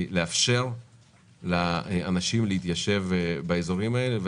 לאפשר לאנשים להתיישב באיזורים האלה.